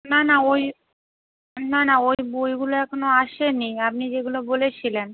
না না ওই না না ওই বইগুলো এখনও আসেনি আপনি যেগুলো বলেছিলেন